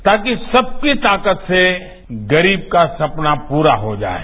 ताकि सबकी ताकत से गरीब का सपना पूरा हो जाये